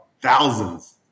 thousands